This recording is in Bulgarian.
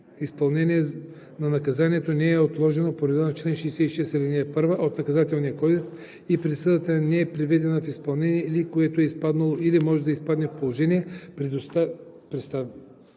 изпълнение на наказанието не е отложено по реда на чл. 66, ал. 1 от Наказателния кодекс и присъдата не е приведена в изпълнение, или което е изпаднало или може да изпадне в положение, поставящо